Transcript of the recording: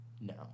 No